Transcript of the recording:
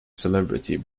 celebrity